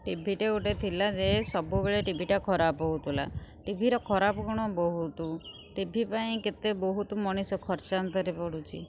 ଟିଭିଟେ ଗୋଟେ ଥିଲା ଯେ ସବୁବେଳେ ଟିଭିଟା ଖରାପ ହେଉଥିଲା ଟିଭିର ଖରାପ ଗୁଣ ବହୁତ ଟିଭି ପାଇଁ କେତେ ବହୁତ ମଣିଷ ଖର୍ଚ୍ଚାନ୍ତରେ ପଡ଼ୁଛି